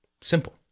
Simple